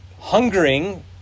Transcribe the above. hungering